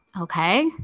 Okay